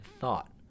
thought